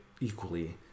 equally